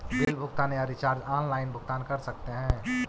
Bill भुगतान या recharge online भुगतान कर सकते हैं?